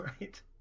right